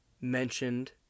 mentioned